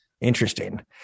Interesting